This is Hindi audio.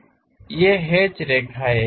ये हैच रेखाएँ हैं